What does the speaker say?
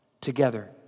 together